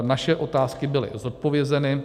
Naše otázky byly zodpovězeny.